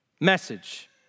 Message